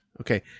Okay